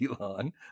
Elon